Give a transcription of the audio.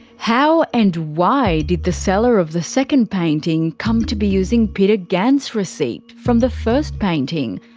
how and why did the seller of the second painting come to be using peter gant's receipt from the first painting?